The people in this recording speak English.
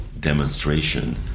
demonstration